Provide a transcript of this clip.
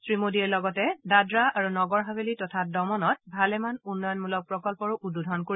শ্ৰীমোদীয়ে লগতে দাদৰা আৰু নগৰ হাভেলী তথা দমনত ভালেমান উন্নয়নমূলক প্ৰকল্পৰ উদ্বোধন কৰিব